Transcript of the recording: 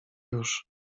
już